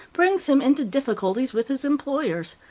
brings him into difficulties with his employers.